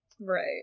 Right